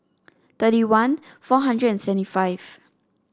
thirty one four hundred and seventy five